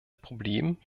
problem